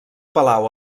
palau